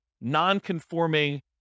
non-conforming